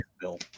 Bill